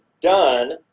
done